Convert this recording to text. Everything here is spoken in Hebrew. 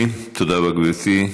תודה רבה, גברתי.